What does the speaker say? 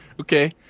Okay